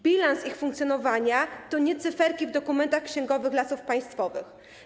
Bilans ich funkcjonowania to nie są cyferki w dokumentach księgowych Lasów Państwowych.